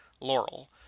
Laurel